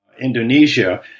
Indonesia